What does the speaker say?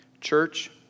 church